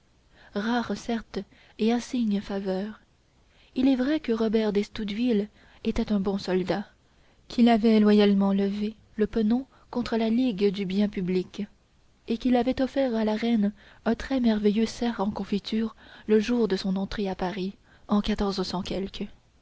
rare certes et insigne faveur il est vrai que robert d'estouteville était un bon soldat qu'il avait loyalement levé le pennon contre la ligue du bien public et qu'il avait offert à la reine un très merveilleux cerf en confitures le jour de son entrée à paris en